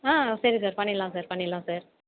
ஆ சரி சார் பண்ணிரலாம் சார் பண்ணிரலாம் சார்